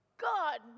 God